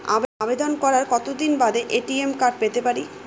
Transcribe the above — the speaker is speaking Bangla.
আবেদন করার কতদিন বাদে এ.টি.এম কার্ড পেতে পারি?